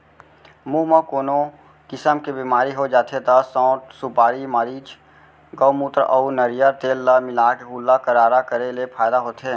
मुंह म कोनो किसम के बेमारी हो जाथे त सौंठ, सुपारी, मरीच, गउमूत्र अउ नरियर तेल ल मिलाके कुल्ला गरारा करे ले फायदा होथे